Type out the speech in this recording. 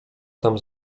tam